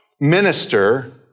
minister